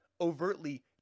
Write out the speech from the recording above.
overtly